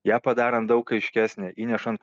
ją padarant daug aiškesnę įnešant